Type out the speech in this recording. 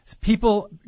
people